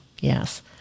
Yes